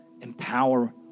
empower